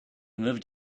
moved